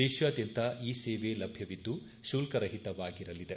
ದೇಶಾದ್ದಂತ ಈ ಸೇವೆ ಲಭ್ಯವಿದ್ದು ಶುಲ್ಕರಹಿತವಾಗಿರಲಿದೆ